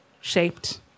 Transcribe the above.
shaped